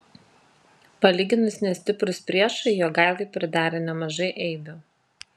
palyginus nestiprūs priešai jogailai pridarė nemažai eibių